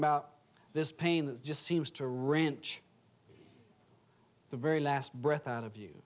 about this pain that just seems to ranch the very last breath out of you